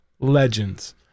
Legends